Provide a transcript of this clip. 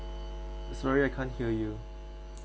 sorry I can't hear you